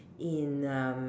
in um